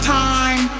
time